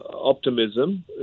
optimism